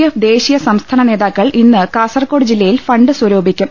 F ദേശീയ സം സ്ഥാന നേതാക്കൾ ഇന്ന് കാസർകോട് ജില്ലയിൽ ഫണ്ട് സ്വരൂ പിക്കും